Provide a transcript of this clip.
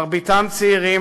מרביתם צעירים,